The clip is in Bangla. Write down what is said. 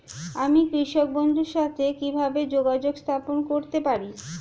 আমি কৃষক বন্ধুর সাথে কিভাবে যোগাযোগ স্থাপন করতে পারি?